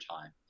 time